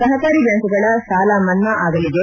ಸಪಕಾರಿ ಬ್ಯಾಂಕ್ಗಳ ಸಾಲಮನ್ನಾ ಆಗಲಿದೆ